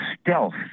stealth